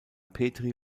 petri